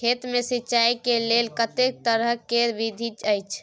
खेत मे सिंचाई के लेल कतेक तरह के विधी अछि?